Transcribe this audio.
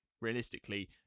realistically